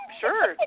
sure